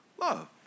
love